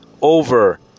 over